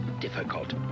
difficult